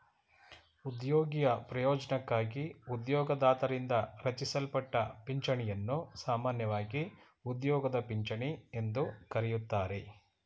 ಉದ್ಯೋಗಿಯ ಪ್ರಯೋಜ್ನಕ್ಕಾಗಿ ಉದ್ಯೋಗದಾತರಿಂದ ರಚಿಸಲ್ಪಟ್ಟ ಪಿಂಚಣಿಯನ್ನು ಸಾಮಾನ್ಯವಾಗಿ ಉದ್ಯೋಗದ ಪಿಂಚಣಿ ಎಂದು ಕರೆಯುತ್ತಾರೆ